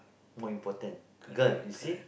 more important girl you see